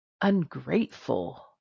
ungrateful